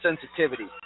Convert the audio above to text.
sensitivity